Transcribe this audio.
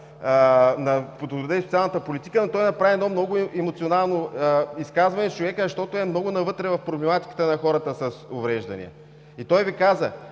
и демографска политика, но той направи едно много емоционално изказване човекът, защото е много навътре в проблематиката на хората с увреждания. И той Ви каза: